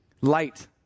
light